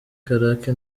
karake